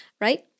right